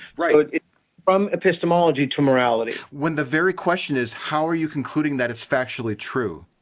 right! from epistemology to morality. when the very question is, how are you concluding that it's factually true?